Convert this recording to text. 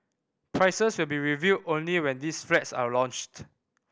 prices will be revealed only when these flats are launched